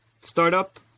startup